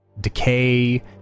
decay